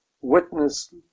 witness